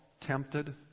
tempted